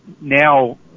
now